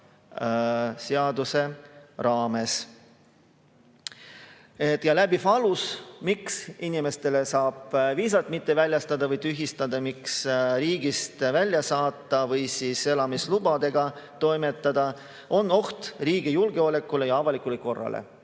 raames. Läbiv alus, miks inimestele saab viisat mitte väljastada või tühistada, miks saab riigist välja saata või elamislubadega toimetada, on oht riigi julgeolekule ja avalikule korrale.